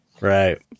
right